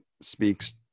speaks